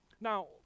Now